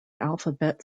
alphabet